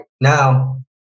now